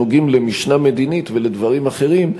שנוגעים למשנה מדינית ולדברים אחרים,